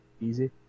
easy